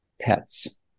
pets